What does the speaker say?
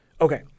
Okay